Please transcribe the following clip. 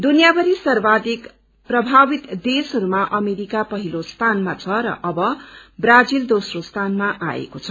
दुनियाँभरि सर्वाधिक प्रभावित देशहरूमा अमेरिका पहिलो स्थानमा छ र अब ब्राजिल दोस्रो स्थानमा आएको छ